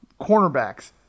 cornerbacks